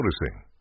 noticing